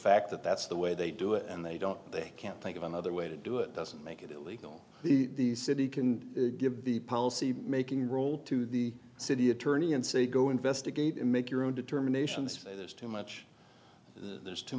fact that that's the way they do it and they don't they can't think of another way to do it doesn't make it illegal the city can give the policy making role to the city attorney and say go investigate it make your own determination this faith is too much there's too